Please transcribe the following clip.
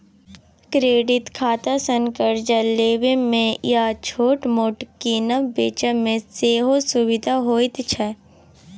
credit खातासँ करजा लेबा मे या छोट मोट कीनब बेचब मे सेहो सुभिता होइ छै